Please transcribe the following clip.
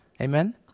amen